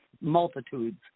multitudes